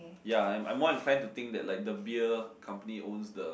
ya I'm I'm more inclined to think that the beer company owns the